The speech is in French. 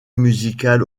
musicale